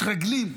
מתרגלים.